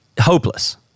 hopeless